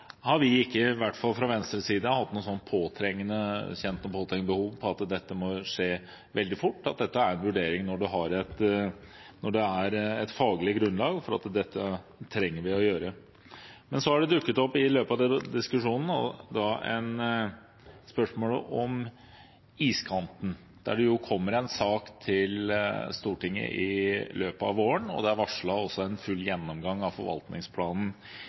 hvert fall ikke vi, fra Venstres side, kjent noe påtrengende behov for at dette må skje veldig fort. Dette er en vurdering som må gjøres når det er et faglig grunnlag for at vi trenger å gjøre dette. I løpet av diskusjonen har spørsmålet om iskanten dukket opp. Det kommer en sak til Stortinget i løpet av våren, og det er også varslet en full gjennomgang av forvaltningsplanen